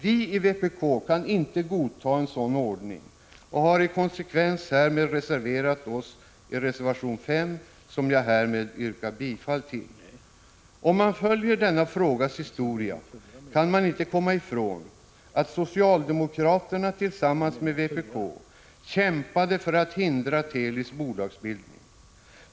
Vi i vpk kan inte godta en sådan ordning och har i konsekvens härmed reserverat oss i reservation 4, som jag härmed yrkar bifall till. Om man följer denna frågas historia kan man inte komma ifrån att socialdemokraterna tillsammans med vpk kämpade för att hindra Telis bolagsbildning.